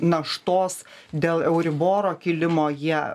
naštos dėl euriboro kilimo jie